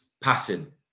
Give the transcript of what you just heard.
passing